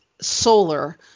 solar